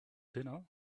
dinner